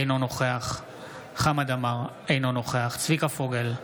אינו נוכח חמד עמאר, אינו נוכח צביקה פוגל,